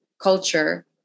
culture